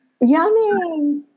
Yummy